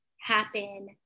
happen